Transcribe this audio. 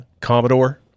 Commodore